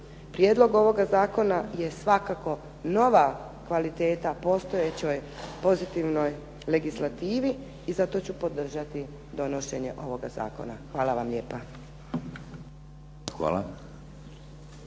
Prijedlog ovoga zakona je svakako nova kvaliteta postojećoj pozitivnoj legislativi i zato ću podržati donošenje ovoga zakona. Hvala vam lijepa.